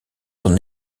son